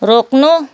रोक्नु